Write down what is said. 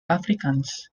afrikaans